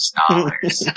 dollars